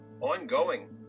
ongoing